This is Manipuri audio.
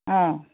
ꯑꯥ